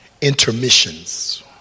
intermissions